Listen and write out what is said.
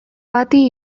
bati